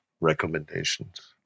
recommendations